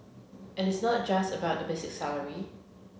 and it's not just about the basic salary